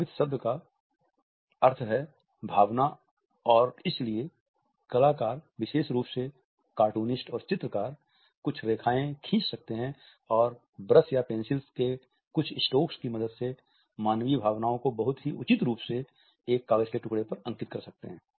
प्रभावित शब्द का अर्थ है भावना और इसलिए कलाकार विशेष रूप से कार्टूनिस्ट और चित्रकार कुछ रेखाएँ खींच सकते हैं और ब्रश या पेंसिल के कुछ स्ट्रोक की मदद से मानवीय भावनाओं को बहुत ही उचित रूप से एक कागज़ के एक टुकड़े पर अंकित कर सकते हैं